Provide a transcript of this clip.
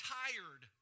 tired